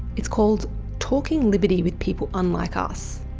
it's called talking liberty with people unlike us.